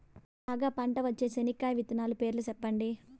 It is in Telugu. బాగా పంట వచ్చే చెనక్కాయ విత్తనాలు పేర్లు సెప్పండి?